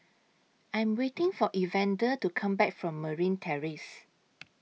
I'm waiting For Evander to Come Back from Marine Terrace